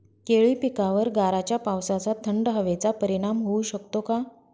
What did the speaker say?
केळी पिकावर गाराच्या पावसाचा, थंड हवेचा परिणाम होऊ शकतो का?